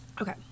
Okay